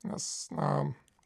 nes na